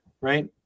right